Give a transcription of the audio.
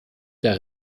der